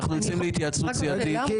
אנחנו יוצאים להתייעצות סיעתית.